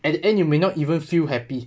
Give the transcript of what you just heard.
at the end you may not even feel happy